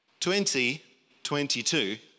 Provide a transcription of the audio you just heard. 2022